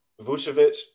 Vucevic